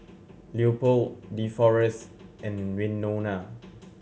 Leopold Deforest and Winona